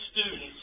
students